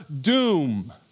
doom